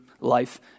life